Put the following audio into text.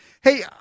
Hey